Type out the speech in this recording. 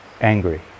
angry